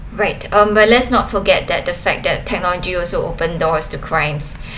right um but let's not forget that the fact that technology also open doors to crimes